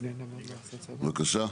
בבקשה.